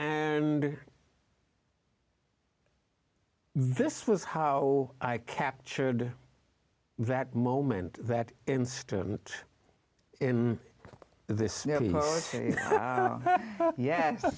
and this was how i captured that moment that instant in this ye